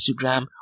instagram